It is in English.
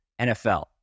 NFL